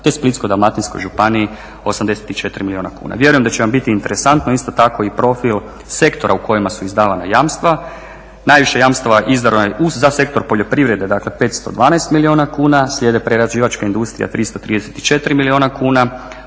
te Splitsko-dalmatinskoj županiji 84 milijuna kuna. Vjerujem da će vam biti interesantno isto tako i profil sektora u kojemu su izdavana jamstva. Najviše jamstava izdano je za sektor poljoprivrede, dakle 512 milijuna kuna, slijede prerađivačka industrija 334 milijuna kuna,